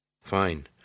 Fine